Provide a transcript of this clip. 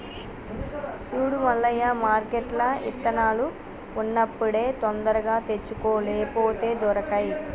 సూడు మల్లయ్య మార్కెట్ల ఇత్తనాలు ఉన్నప్పుడే తొందరగా తెచ్చుకో లేపోతే దొరకై